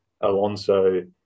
Alonso